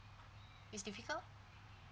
it's difficult